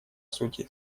сути